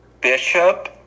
Bishop